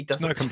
No